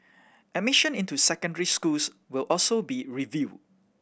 admission into secondary schools will also be reviewed